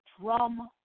drum